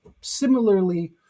similarly